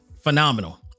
phenomenal